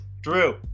Drew